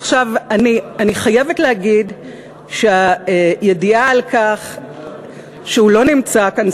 אני חייבת להגיד שהידיעה על כך שהוא לא נמצא כאן,